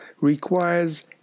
requires